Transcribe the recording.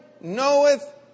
knoweth